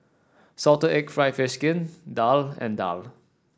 Salted Egg fried fish skin daal and daal